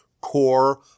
core